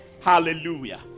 Hallelujah